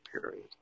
period